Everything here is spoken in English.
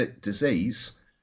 disease